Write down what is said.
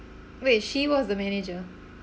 wait she was the manager